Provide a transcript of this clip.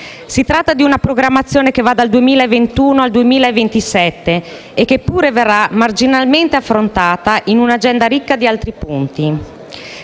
Si tratta di una programmazione che va dal 2021 al 2027 e che pure verrà marginalmente affrontata in un'agenda ricca di altri punti.